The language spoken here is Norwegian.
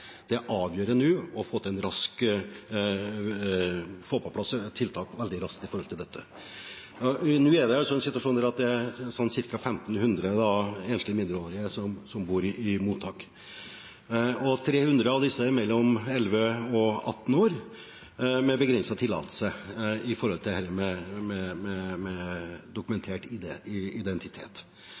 Det er avgjørende nå å få på plass tiltak veldig raskt opp mot dette. Nå har vi altså en situasjon der ca. 1 500 enslige mindreårige bor i mottak, og 300 av disse er mellom 11 og 18 år, med begrenset tillatelse knyttet til dette med dokumentert identitet. Det er nå mange av disse som regjeringen endrer på med